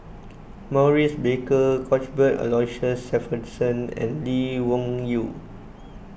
Maurice Baker Cuthbert Aloysius Shepherdson and Lee Wung Yew